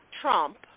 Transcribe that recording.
Trump